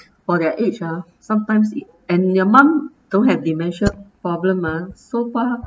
for their age ah sometimes it and your mum don't have dementia problem mah so far